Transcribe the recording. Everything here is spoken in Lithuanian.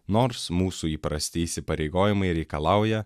nors mūsų įprasti įsipareigojimai reikalauja